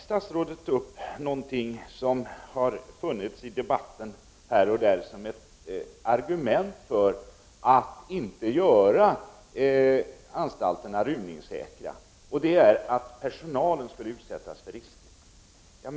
Statsrådet tog upp något som har förekommit här och där i debatten som ett argument för att inte göra anstalterna rymningssäkra, nämligen att personalen skulle utsättas för risker på det sättet.